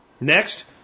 Next